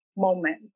moment